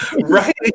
Right